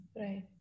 Right